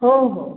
हो हो